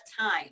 time